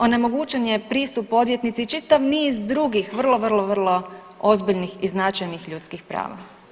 Onemogućen je pristup odvjetnici, čitav niz drugih vrlo, vrlo ozbiljnih i značajnih ljudskih prava.